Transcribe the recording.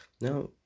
Now